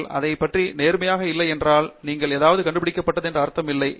நீங்கள் அதை பற்றி நேர்மையாக இல்லை என்றால் நீங்கள் ஏதாவது கண்டுபிடிக்கப்பட்டது என்று அர்த்தம் இல்லை